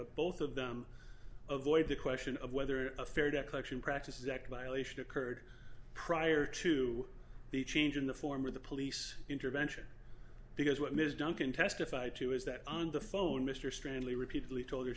but both of them avoid the question of whether a fair debt collection practices that violation occurred prior to the change in the form of the police intervention because what ms duncan testified to is that on the phone mr stanley repeatedly told her